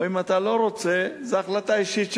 או אם אתה לא רוצה, זו החלטה אישית שלך.